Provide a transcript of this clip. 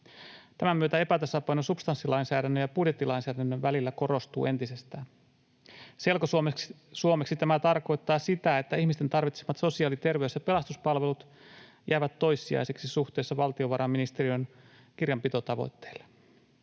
Tämän myötä epätasapaino substanssilainsäädännön ja budjettilainsäädännön välillä korostuu entisestään. Selkosuomeksi tämä tarkoittaa sitä, että ihmisten tarvitsemat sosiaali-, terveys- ja pelastuspalvelut jäävät toissijaisiksi suhteessa valtiovarainministeriön kirjanpitotavoitteille.